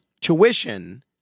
tuition